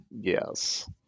Yes